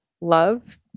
love